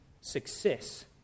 success